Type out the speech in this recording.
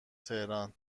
تهران